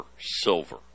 silver